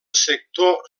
sector